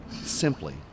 simply